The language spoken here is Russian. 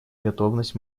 готовность